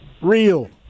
Real